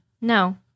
No